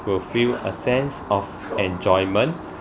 will feel a sense of enjoyment